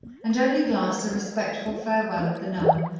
and only glanced a respectful farewell at the nun,